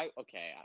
Okay